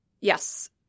Yes